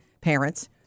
parents